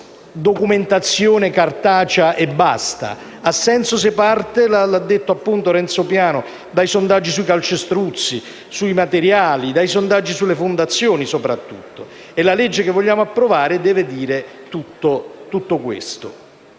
documentazione cartacea e basta: ha senso se parte, come ha detto appunto Renzo Piano, dai sondaggi sui calcestruzzi, sui materiali, soprattutto dai sondaggi sulle fondazioni. La legge che vogliamo approvare deve dire tutto questo.